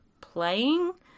playing